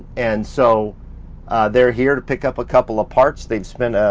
and so they're here to pick up a couple of parts. they've spent